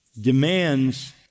demands